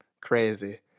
Crazy